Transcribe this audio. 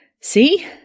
See